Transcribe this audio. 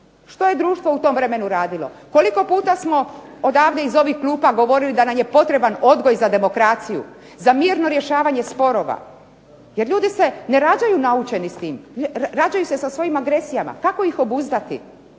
Što je društvo u tom vremenu radilo? Koliko puta smo odavde iz ovih klupa govorili da nam je potreban odgoj za demokraciju, za mirno rješavanje sporova, jer ljudi se ne rađaju naučeni s tim, rađaju se sa svojim agresijama. Kako ih obuzdati?